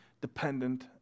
dependent